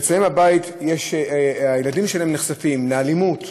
שאצלם בבית הילדים שלהם נחשפים לאלימות,